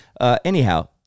Anyhow